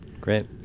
Great